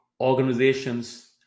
organizations